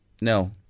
No